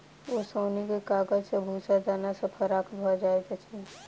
ओसौनीक काज सॅ भूस्सा दाना सॅ फराक भ जाइत अछि